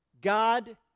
God